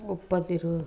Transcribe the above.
ಒಪ್ಪದಿರು